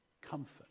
comfort